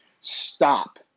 stop